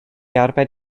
arbed